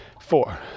four